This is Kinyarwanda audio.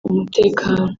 umutekano